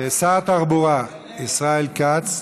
שר התחבורה ישראל כץ,